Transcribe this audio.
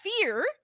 fear